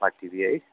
smart TV है